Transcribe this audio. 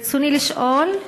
ברצוני לשאול: